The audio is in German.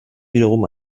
wiederum